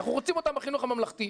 אנחנו רוצים אותם בחינוך הממלכתי.